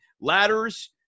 ladders